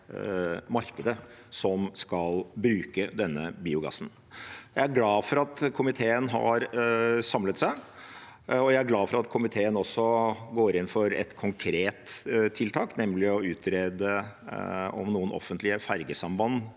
markedet som skal bruke denne biogassen, samtidig bygges ned. Jeg er glad for at komiteen har samlet seg, og jeg er glad for at komiteen går inn for et konkret tiltak, nemlig å utrede om noen offentlige ferjesamband